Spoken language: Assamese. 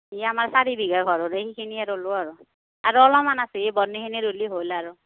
এই আমাৰ চাৰি বিঘা ঘৰৰ সেইখিনিয়ে ৰোলোঁ আৰু আৰু অলপমান আছে বনেইখিনি ৰুলি হ'ল আৰু